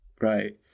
right